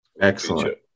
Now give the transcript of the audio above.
excellent